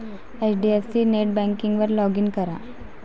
HDFC नेटबँकिंगवर log in करा